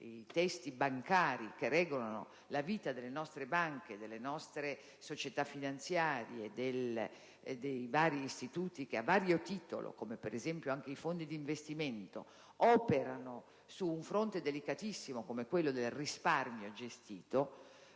e testi bancari che regolano la vita delle nostre banche, delle nostre società finanziarie e dei vari istituti che a vario titolo, come anche i fondi d'investimento, operano su un fronte delicatissimo come quello del risparmio gestito,